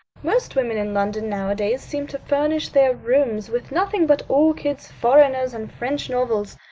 most women in london, nowadays, seem to furnish their rooms with nothing but orchids, foreigners, and french novels.